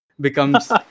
becomes